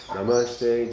Namaste